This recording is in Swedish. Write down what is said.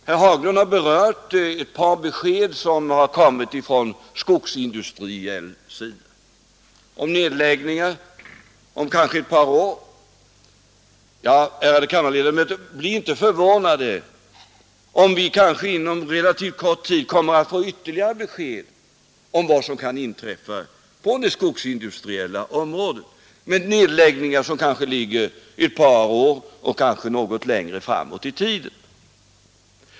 Herr Haglund har berört ett par besked som har kommit från skogsindustrins sida om nedläggningar om kanske ett par år. Ja, ärade kammarledamöter, bli inte förvånade om vi kanske inom en relativt kort tid kommer att få ytterligare besked om vad som kan inträffa på det skogsindustriella området i form av nedläggningar som kanske ligger ett par år och längre fram i tiden.